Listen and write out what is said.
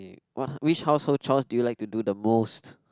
which house chores do you like to do the most